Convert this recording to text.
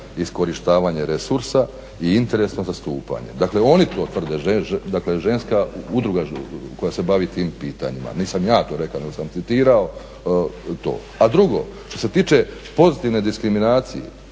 iskorištavanje resursa i interesnog zastupanja. Dakle, oni to tvrde, dakle ženska udruga koja se bavi tim pitanjima. Nisam ja to rekao nego sam citirao to. A drugo što se tiče pozitivne diskriminacije,